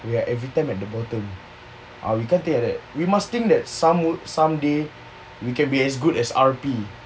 we are everytime at the bottom we must think that some someday we can be as good as R_P